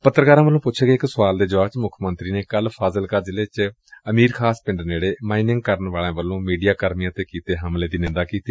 ਪੱਤਰਕਾਰਾਂ ਵੱਲੋਂ ਪੁੱਛੇ ਗਏ ਇਕ ਸੁਆਲ ਦੇ ਜੁਆਬ ਚ ਮੁੱਖ ਮੰਤਰੀ ਨੇ ਕੱਲ ਫਾਜ਼ਿਲਕਾ ਜ਼ਿਲੇ ਚ ਅਮੀਰ ਖਾਸ ਪਿੰਡ ਨੇੜੇ ਮਾਈਨਿੰਗ ਕਰਨ ਵਾਲਿਆਂ ਵੱਲੋਂ ਮੀਡੀਆ ਕਰਮੀਆਂ ਤੇ ਕੀਤੇ ਗਏ ਹਮਲੇ ਦੀ ਨਿੰਦਾ ਕੀਤੀ